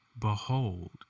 behold